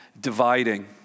dividing